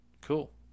Cool